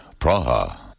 Praha